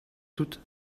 toutes